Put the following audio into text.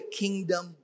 kingdom